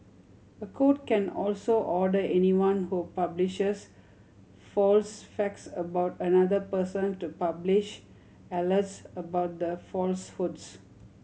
a court can also order anyone who publishes false facts about another person to publish alerts about the falsehoods